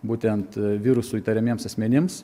būtent virusu įtariamiems asmenims